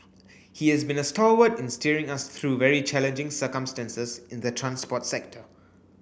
he has been a stalwart in steering us through very challenging circumstances in the transport sector